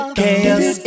chaos